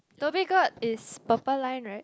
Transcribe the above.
Dhoby-Ghaut is purple line right